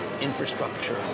infrastructure